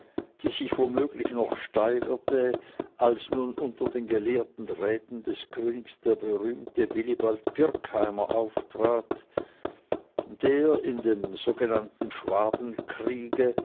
die sich womöglich noch steigerte als nun unter den gelehrten räten des königs der berühmte willibald pirckheimer auftrat der in dem sogenannten